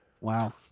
Wow